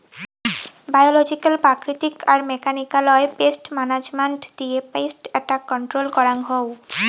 biological প্রাকৃতিক আর মেকানিক্যালয় পেস্ট মানাজমেন্ট দিয়ে পেস্ট এট্যাক কন্ট্রল করাঙ হউ